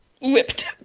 whipped